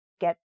get